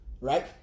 right